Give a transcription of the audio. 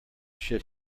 should